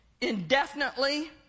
indefinitely